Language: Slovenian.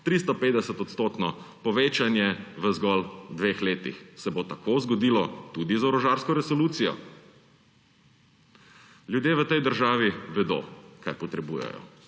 350-odstotno povečanje v zgolj dveh letih. Se bo tako zgodilo tudi z orožarsko resolucijo? Ljudje v tej državi vedo, kaj potrebujejo,